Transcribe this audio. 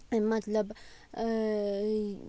مطلب